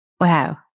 Wow